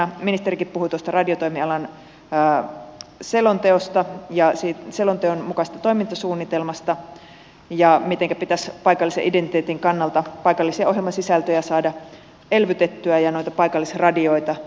ministerikin puhui tuosta radiotoimialan selonteosta selonteon mukaisesta toimintasuunnitelmasta ja siitä mitenkä pitäisi paikallisen identiteetin kannalta paikallisia ohjelmasisältöjä ja noita paikallisradioita saada elvytettyä